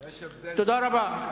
יש הבדל בין דברים קשים,